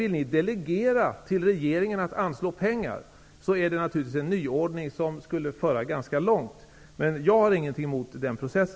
Vill ni delegera till regeringen att anslå pengar, är det en nyordning som skulle föra ganska långt, men jag har ingenting emot en sådan process.